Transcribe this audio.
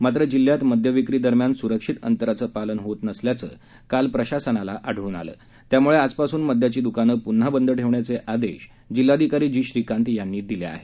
मात्र जिल्ह्यात मदयविक्री दरम्यान सुरक्षित अंतराचं पालन होत नसल्याचं काल प्रशासनाला आढळून आलं त्यामुळे आजपासून मद्याची द्कानं प्न्हा बंद ठेवण्याचे आदेश जिल्हाधिकारी जी श्रीकांत यांनी दिले आहेत